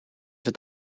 het